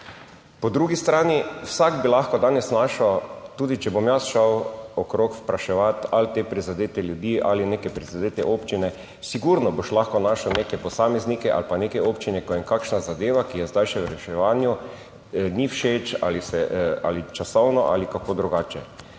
Po drugi strani, vsak bi lahko danes našel tudi če bom jaz šel okrog spraševati ali te prizadete ljudi ali neke prizadete občine. Sigurno boš lahko našel neke posameznike ali pa neke občine, ki jim kakšna zadeva, ki je zdaj še v reševanju, ni všeč ali se ali časovno ali kako drugače,